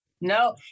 no